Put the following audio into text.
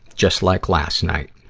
just like last night.